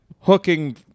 hooking